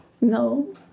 no